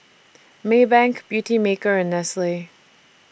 Maybank Beautymaker and Nestle